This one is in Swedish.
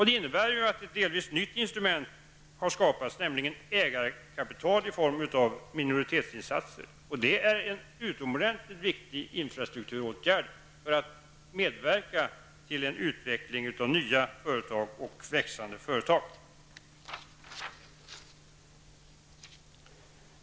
Det innebär att ett delvis nytt instrument har skapats, nämligen ägarkapital i form av minoritetsinsatser. Detta är en utomordentligt viktig infrastrukturåtgärd för att medverka till en utveckling i nya företag och växande företag.